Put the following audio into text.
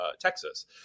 Texas